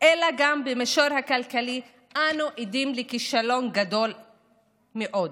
אלא גם במישור הכלכלי אנו עדים לכישלון גדול מאוד.